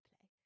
play